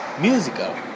musical